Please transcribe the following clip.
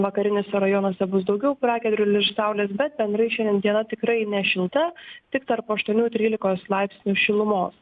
vakariniuose rajonuose bus daugiau pragiedrulių ir saulės bet bendrai šiandien diena tikrai nešilta tik tarp aštuonių trylikos laipsnių šilumos